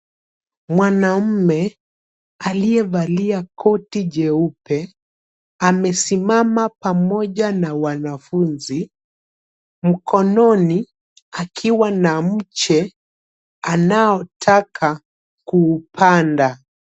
Mwanaume aliyevalia koti jeupe amesimama pamoja na wanafunzi, mkononi akiwa na mche anaotaka kuupanda.